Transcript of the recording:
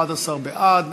11 בעד,